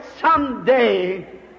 someday